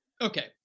Okay